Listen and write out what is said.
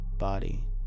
body